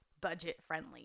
budget-friendly